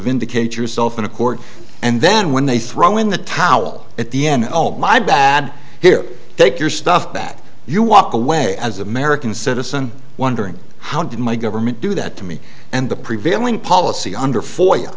vindicate yourself in a court and then when they throw in the towel at the end oh my bad here take your stuff back you walk away as american citizen wondering how did my government do that to me and the prevailing policy under for you